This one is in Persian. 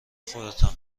خودتان